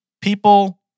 people